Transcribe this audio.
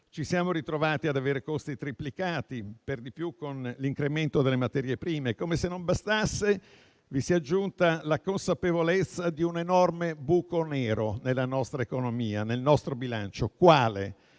ci siamo ritrovati ad avere costi triplicati, per di più con l'incremento delle materie prime. Come se non bastasse, a ciò si è aggiunta la consapevolezza di un enorme buco nero nella nostra economia e nel nostro bilancio, quello